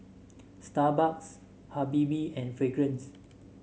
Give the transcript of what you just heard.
Starbucks Habibie and Fragrance